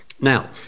Now